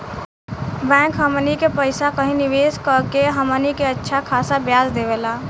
bank हमनी के पइसा कही निवेस कऽ के हमनी के अच्छा खासा ब्याज देवेला